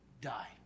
die